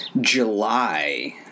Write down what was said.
July